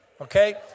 Okay